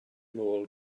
nôl